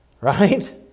right